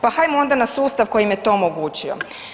Pa hajmo onda na sustav koji im je to omogućio.